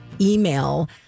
email